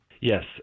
yes